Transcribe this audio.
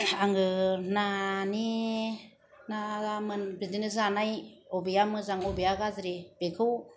आङो नानि ना बिदिनो जानाय बबेया मोजां बबेया गाज्रि बेखौ